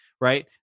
right